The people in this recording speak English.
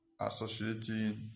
associating